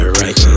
right